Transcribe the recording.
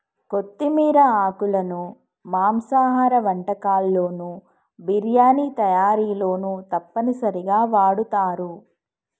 కొత్తిమీర ఆకులను మాంసాహార వంటకాల్లోను బిర్యానీ తయారీలోనూ తప్పనిసరిగా వాడుతారు